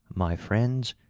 my friends,